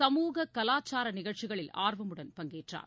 சமூக கலாச்சார நிகழ்ச்சிகளில் ஆர்வமுடன் பங்கேற்றார்